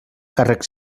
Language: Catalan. càrrec